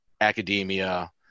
academia